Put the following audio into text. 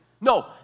No